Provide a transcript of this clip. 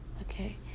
Okay